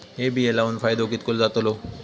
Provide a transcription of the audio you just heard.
हे बिये लाऊन फायदो कितको जातलो?